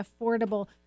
affordable